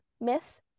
myth